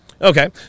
Okay